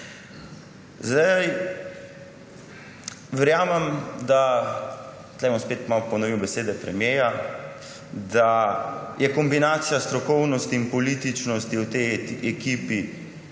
premierja – da je kombinacija strokovnosti in političnosti v tej ekipi